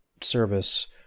service